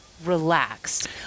relaxed